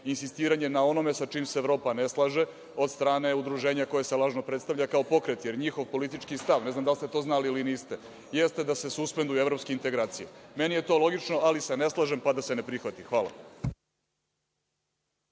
insistiranje na onome sa čim se Evropa ne slaže od strane udruženja koje se lažno predstavlja kao pokret, jer njihov politički stav, ne znam da li ste to znali ili niste, jeste da se suspenduju evropske integracije. Meni je to logično, ali se ne slažem, pa da se ne prihvati. **Maja